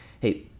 Hey